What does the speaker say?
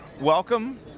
welcome